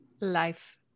life